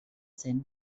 zen